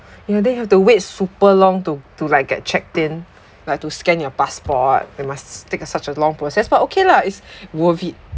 ya then you have to wait super long to to like get checked in like to scan your passport and must take such as long process but okay lah it's worth it